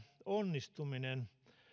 onnistuminen